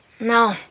no